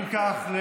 אם כך,